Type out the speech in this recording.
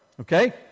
okay